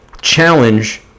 challenge